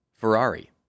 Ferrari